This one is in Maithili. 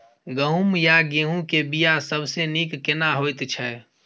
गहूम या गेहूं के बिया सबसे नीक केना होयत छै?